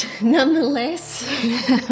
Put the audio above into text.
nonetheless